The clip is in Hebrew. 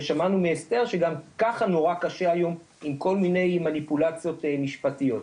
ושמענו מאסתר שגם ככה נורא קשה יום עם כל מיני מניפולציות משפטיות.